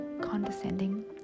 Condescending